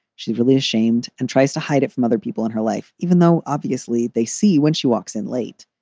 she's really ashamed and tries to hide it from other people in her life, even though obviously they see when she walks in late.